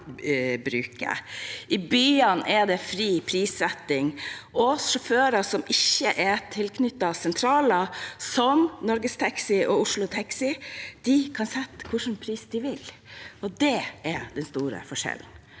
I byene er det fri prissetting og sjåfører som ikke er tilknyttet sentraler, slik som Norgestaxi og Oslo Taxi er, og de kan sette hvilken pris de vil. Det er den store forskjellen.